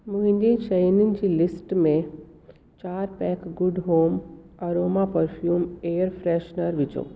मुंहिंजी शयुनि जी लिस्ट में चारि pack Good Home aroma perfumed air freshener विझो